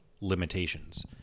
limitations